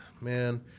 man